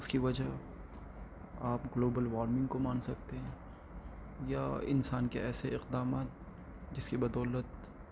اس کی وجہ آپ گلوبل وارمنگ کو مان سکتے ہیں یا انسان کے ایسے اقدامات جس کی بدولت